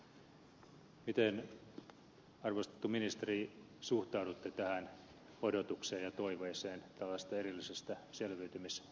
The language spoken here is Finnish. miten arvostettu ministeri suhtaudutte tähän odotukseen ja toiveeseen tällaisesta erillisestä selviytymisohjelmasta maatilatalouteen